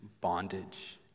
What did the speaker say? bondage